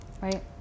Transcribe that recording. Right